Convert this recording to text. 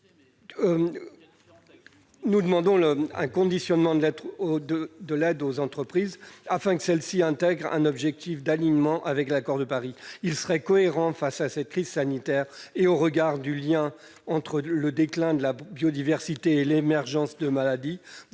nous demandons également un conditionnement de l'aide aux entreprises, afin que celles-ci s'alignent sur les objectifs de l'accord de Paris. Il serait incohérent, face à cette crise sanitaire et au regard du lien entre déclin de la biodiversité et émergence de maladies,